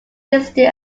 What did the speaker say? listed